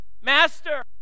Master